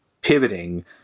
pivoting